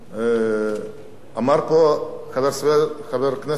אמר פה חבר הכנסת חנא סוייד,